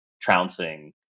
trouncing